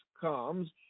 comes